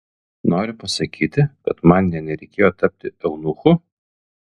nori pasakyti kad man nė nereikėjo tapti eunuchu